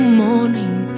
morning